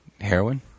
Heroin